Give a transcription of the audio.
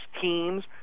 teams